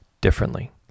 differently